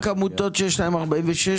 רק עמותות שיש להן אישור לעניין סעיף